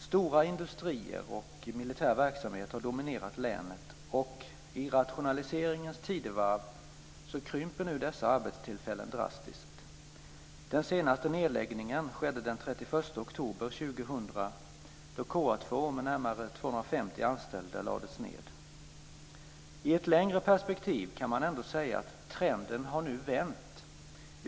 Stora industrier och militär verksamhet har dominerat länet och i rationaliseringens tidevarv krymper nu dessa arbetstillfällen drastiskt. Den senaste nedläggningen skedde den 31 oktober 2000, då KA 2 med närmare I ett längre perspektiv kan man ändå säga att trenden nu har vänt.